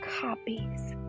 copies